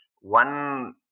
One